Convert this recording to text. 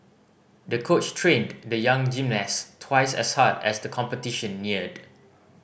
the coach trained the young gymnast twice as hard as the competition neared